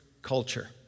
culture